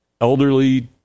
elderly